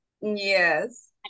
Yes